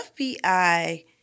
FBI